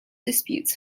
disputes